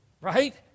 Right